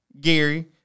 Gary